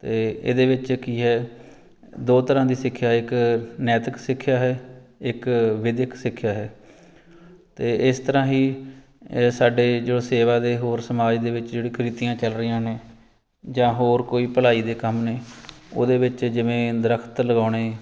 ਅਤੇ ਇਹਦੇ ਵਿੱਚ ਕੀ ਹੈ ਦੋ ਤਰ੍ਹਾਂ ਦੀ ਸਿੱਖਿਆ ਏ ਇੱਕ ਨੈਤਿਕ ਸਿੱਖਿਆ ਹੈ ਇੱਕ ਵਿੱਦਿਅਕ ਸਿੱਖਿਆ ਹੈ ਅਤੇ ਇਸ ਤਰ੍ਹਾਂ ਹੀ ਸਾਡੇ ਜੋ ਸੇਵਾ ਦੇ ਹੋਰ ਸਮਾਜ ਦੇ ਵਿੱਚ ਜਿਹੜੀ ਕ੍ਰਿਤੀਆਂ ਚੱਲ ਰਹੀਆਂ ਨੇ ਜਾਂ ਹੋਰ ਕੋਈ ਭਲਾਈ ਦੇ ਕੰਮ ਨੇ ਉਹਦੇ ਵਿੱਚ ਜਿਵੇਂ ਦਰੱਖਤ ਲਗਾਉਣੇ